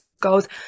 goals